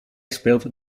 speelt